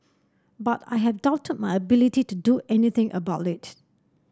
but I have doubted my ability to do anything about it